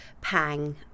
pang